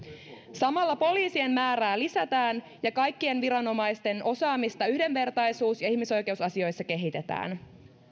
samalla poliisien määrää lisätään ja kaikkien viranomaisten osaamista yhdenvertaisuus ja ihmisoikeusasioissa kehitetään